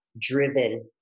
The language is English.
driven